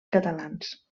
catalans